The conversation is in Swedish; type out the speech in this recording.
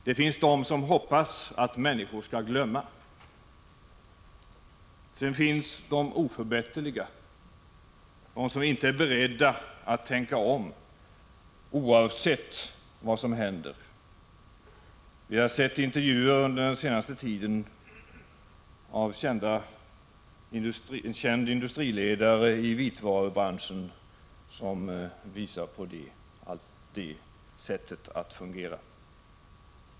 De finns de som hoppas att människor skall glömma. Sedan finns de oförbätterliga, de som inte är beredda att tänka om oavsett vad som händer. Vi har under den senaste tiden tagit del av intervjuer, bl.a. med en känd industriledare i vitvarubranschen, som visat på det sättet att fungera.